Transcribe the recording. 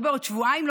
לא בעוד שבועיים,